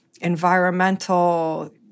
environmental